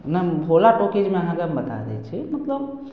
man Bhola टाॅकिजमे अहाँके हम बता दै छी सुइच ऑफ